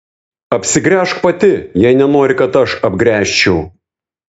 apsigręžk pati jei nenori kad aš apgręžčiau